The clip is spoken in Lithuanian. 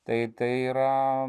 tai tai yra